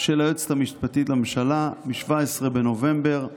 של היועצת המשפטית לממשלה, מ-17 בנובמבר,